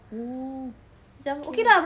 oh okay